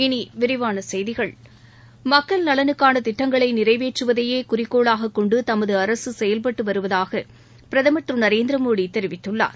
இனிவிரிவானசெய்திகள் மக்கள் நலனுக்கானதிட்டங்களைநிறைவேற்றுவதையேகுறிக்கோளாககொண்டுதமதுஅரசுசெயல்பட்டுவருவதாகபிரதமர் திருநரேந்திரமோடிதெரிவித்துள்ளார்